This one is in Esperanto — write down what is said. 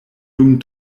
dum